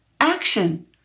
action